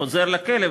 חוזר לכלא,